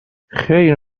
خیر